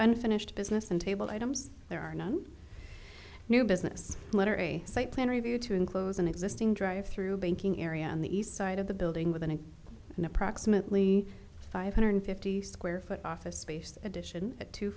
unfinished business and table items there are none new business letter a site plan review to enclose an existing drive through banking area on the east side of the building with an a in approximately five hundred fifty square foot office space addition